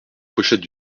pochette